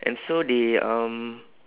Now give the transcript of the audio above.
and so the um